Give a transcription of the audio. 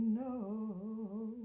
no